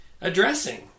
addressing